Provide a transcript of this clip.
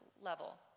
level